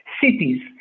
cities